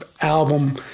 album